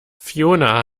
fiona